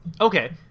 okay